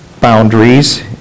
boundaries